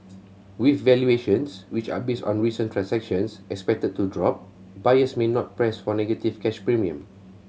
with valuations which are based on recent transactions expected to drop buyers may not press for negative cash premium